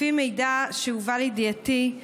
לפי מידע שהובא לידיעתי,